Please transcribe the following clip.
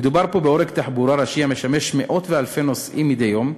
מדובר פה בעורק תחבורה ראשי המשמש מאות ואלפי נוסעים מדי יום,